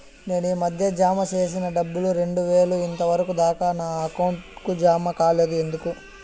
నేను ఈ మధ్య జామ సేసిన డబ్బులు రెండు వేలు ఇంతవరకు దాకా నా అకౌంట్ కు జామ కాలేదు ఎందుకు?